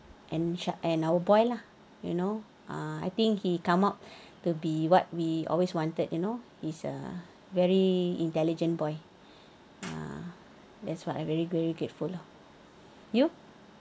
and insha~ and our boy lah you know uh I think he come out to be what we always wanted you know is a very intelligent boy ah that's what I'm very very grateful of you